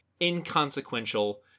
inconsequential